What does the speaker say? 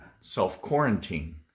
self-quarantine